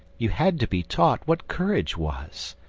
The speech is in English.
you had to be taught what courage was.